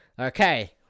Okay